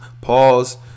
Pause